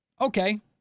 Okay